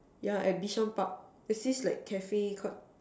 yeah at Bishan Park there's this like cafe called